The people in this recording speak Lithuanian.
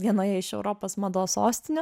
vienoje iš europos mados sostinių